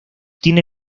tiene